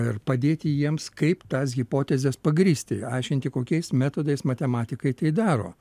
ir padėti jiems kaip tas hipotezes pagrįsti aiškinti kokiais metodais matematikai tai daro